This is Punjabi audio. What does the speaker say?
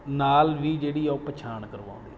ਨਾਲ ਵੀ ਜਿਹੜੀ ਉਹ ਪਛਾਣ ਕਰਵਾਉਂਦੇ ਨੇ